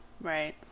Right